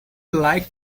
like